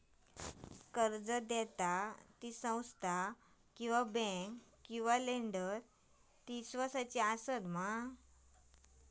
कर्ज दिणारी ही संस्था किवा बँक किवा लेंडर ती इस्वासाची आसा मा?